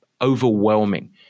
overwhelming